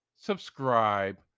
subscribe